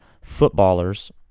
footballers